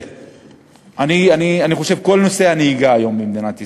אני חושב שכל נושא הנהיגה היום במדינת ישראל,